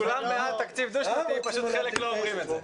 כולם בעד תקציב דו שנתי אלא שפשוט חלק לא אומרים את זה.